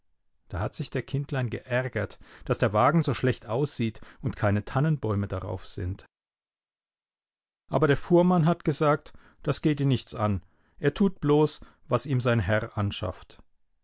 da hat sich der kindlein geärgert daß der wagen so schlecht aussieht und keine tannenbäume darauf sind aber der fuhrmann hat gesagt das geht ihn nichts an er tut bloß was ihm sein herr anschafft